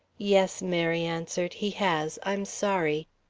yes, mary answered, he has. i'm sorry.